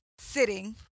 sitting